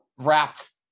wrapped